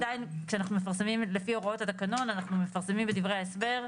לפי הוראות התקנון אנחנו מפרסמים בדברי ההסבר.